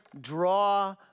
draw